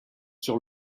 sur